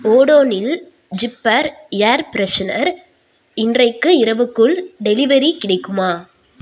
ஓடோனில் zipper air freshener இன்றைக்கு இரவுக்குள் delivery கிடைக்குமா